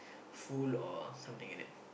full or something like that